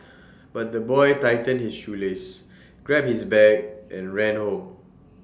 but the boy tightened his shoelaces grabbed his bag and ran home